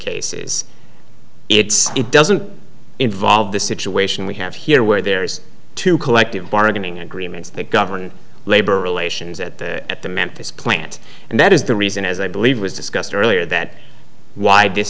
cases it doesn't involve the situation we have here where there is two collective bargaining agreements that govern labor relations at the at the memphis plant and that is the reason as i believe was discussed earlier that w